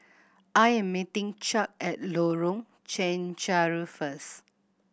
I am meeting Chuck at Lorong Chencharu first